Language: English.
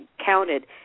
counted